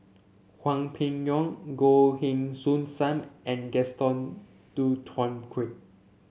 Hwang Peng Yuan Goh Heng Soon Sam and Gaston Dutronquoy